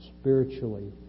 spiritually